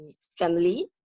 family